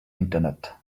internet